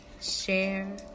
share